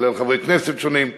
כולל חברי כנסת שונים,